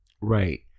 Right